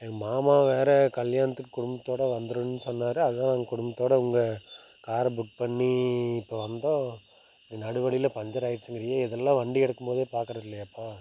எங்கள் மாமா வேற கல்யாணத்துக்கு குடும்பத்தோடு வந்திரணும் சொன்னார் அதான் நாங்கள் குடும்பத்தோடு உங்கள் காரை புக் பண்ணி இப்போ வந்தோம் நீ நடு வழியில் பஞ்சர் ஆகிடுச்சுங்குறியே இதெல்லாம் வண்டி எடுக்கும் போது பார்க்கறது இல்லையாப்பா